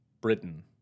Britain